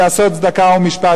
לעשות צדקה ומשפט".